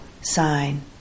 sign